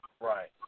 right